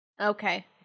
okay